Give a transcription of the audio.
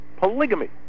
polygamy